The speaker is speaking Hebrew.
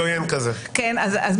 לבית